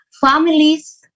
families